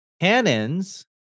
cannons